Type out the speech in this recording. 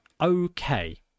okay